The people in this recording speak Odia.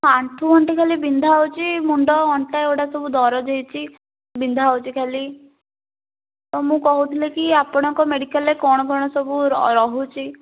ଆଣ୍ଠୁ ଗଣ୍ଠି ଖାଲି ବିନ୍ଧା ହେଉଛି ମୁଣ୍ଡ ଅଣ୍ଟା ଏଇଗୁଡ଼ା ସବୁ ଦରଜ ହେଇଛି ବିନ୍ଧା ହେଉଛି ଖାଲି ତ ମୁଁ କହୁଥିଲି କି ଆପଣଙ୍କ ମେଡ଼ିକାଲରେ କ'ଣ କ'ଣ ସବୁ ରହୁଛି